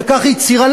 וכך היא הצהירה,